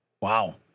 wow